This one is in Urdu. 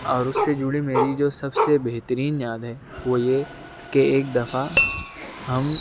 اور اس سے جڑی میری جو سب سے بہترین یاد ہے وہ یہ کہ ایک دفعہ ہم